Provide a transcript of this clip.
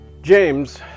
James